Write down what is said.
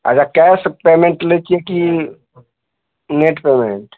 अच्छा cash payment लै छियै की नेट पेमेन्ट